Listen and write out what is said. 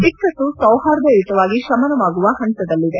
ಬಿಕ್ಕಟ್ಟು ಸೌಹಾರ್ದಯುತವಾಗಿ ಶಮನವಾಗುವ ಹಂತದಲ್ಲಿದೆ